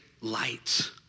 light